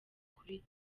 kuri